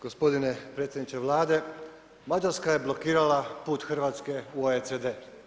Gospodine predsjedniče Vlade Mađarska je blokirala put Hrvatske u OECD.